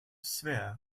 swear